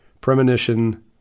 premonition